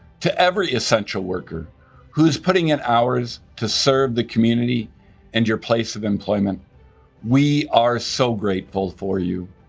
to every essential worker who is putting in hours to serve the community and your place of employment we are so grateful for you,